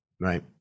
Right